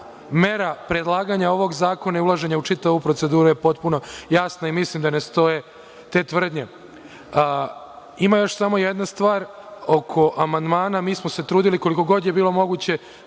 mera predlaganja ovog zakona i ulaženja u čitavu ovu proceduru je potpuno jasna i mislim da ne stoje te tvrdnje. Ima još samo jedna stvar oko amandmana. Mi smo se trudili, koliko god je bilo moguće,